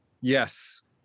Yes